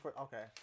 Okay